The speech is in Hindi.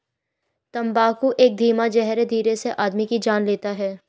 तम्बाकू एक धीमा जहर है धीरे से आदमी की जान लेता है